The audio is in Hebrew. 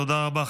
תודה רבה.